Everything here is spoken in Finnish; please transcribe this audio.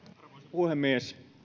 puhemies